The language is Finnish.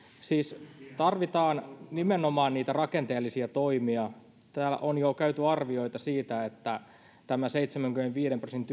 siis tarvitaan nimenomaan niitä rakenteellisia toimia täällä on jo esitetty arvioita siitä että seitsemänkymmenenviiden prosentin